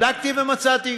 בדקתי ומצאתי,